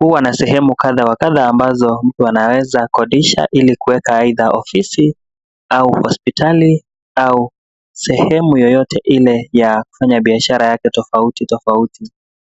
Huwa na sehemu kadhaa wa kadha ambazo mtu anaweza kukodisha ili kuweka aidha ofisi au hospitali au sehemu yoyote ile ya kufanya biashara yake tofauti tofauti.